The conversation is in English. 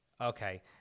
Okay